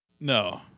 No